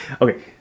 Okay